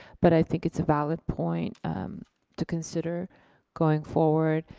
but i think it's a valid point to consider going forward.